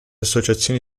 associazione